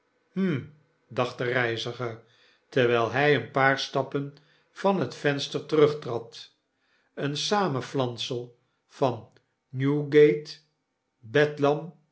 hm i dacht de reiziger terwyl hy een paar stappen van het venster terugtrad een samenflansel van newgate bedlam